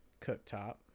cooktop